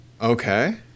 Okay